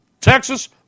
Texas